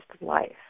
life